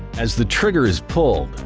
as the trigger is pulled,